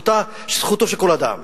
וזכותו של כל אדם,